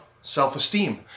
self-esteem